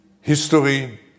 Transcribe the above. History